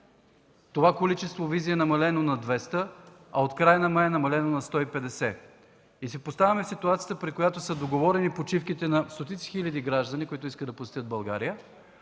това количество визи е намалено на 200, а от края на месец май е намалено на 150. Поставяме се в ситуацията, при която са договорени почивките на стотици хиляди граждани, които искат да посетят България,